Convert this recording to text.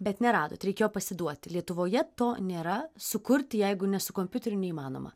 bet neradot reikėjo pasiduoti lietuvoje to nėra sukurti jeigu ne su kompiuteriu neįmanoma